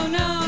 no